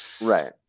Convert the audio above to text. Right